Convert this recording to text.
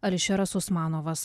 ališeras usmanovas